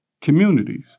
communities